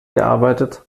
gearbeitet